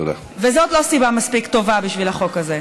וזו לא סיבה מספיק טובה בשביל החוק הזה.